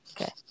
Okay